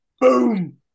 boom